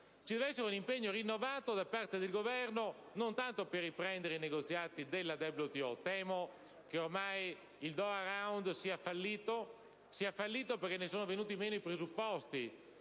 Ci deve essere quindi un impegno rinnovato, in questo senso, da parte del Governo, non tanto per riprendere i negoziati del WTO. Temo infatti che ormai il Doha Round sia fallito, perché ne sono venuti meno i presupposti.